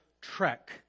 trek